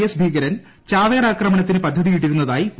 S ഭീകരൻ ചാവേർ ആക്രമണത്തിന് പദ്ധതിയിട്ടിരുന്നതായി പോലീസ്